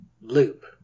loop